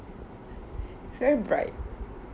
it's very bright